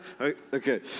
Okay